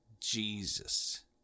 Jesus